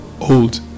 old